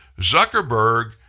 Zuckerberg